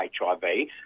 HIV